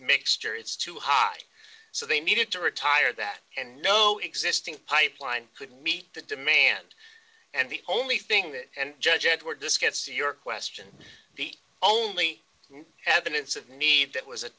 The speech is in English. mixture it's too hot so they needed to retire that and no existing pipeline could meet the demand and the only thing that and judge edward diskettes your question the only evidence of need that was a